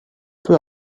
peu